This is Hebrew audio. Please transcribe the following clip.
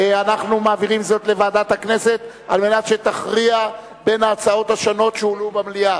ועדת חוץ וביטחון.